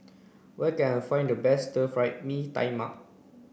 where can I find the best stir fry Mee Tai Mak